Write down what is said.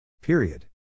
Period